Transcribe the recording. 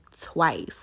twice